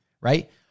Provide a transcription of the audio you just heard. Right